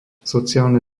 sociálne